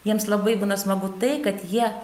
jiems labai būna smagu tai kad jie